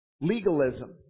Legalism